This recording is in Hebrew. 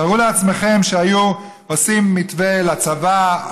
תארו לעצמכם שהיו עושים מתווה לצבא,